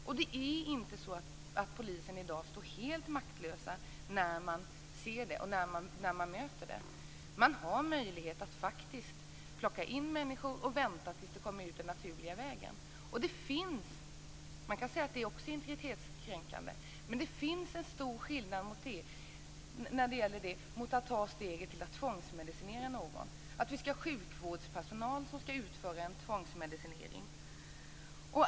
Och det är inte så att polisen i dag står helt maktlös när man ser och möter det här. Man har möjlighet att faktiskt plocka in människor och vänta på att det kommer ut den naturliga vägen. Man kan säga att det också är integritetskränkande, men det finns en stor skillnad mellan det och att ta steget att tvångsmedicinera någon, att vi skall ha sjukvårdspersonal som skall utföra en tvångsmedicinering.